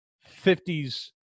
fifties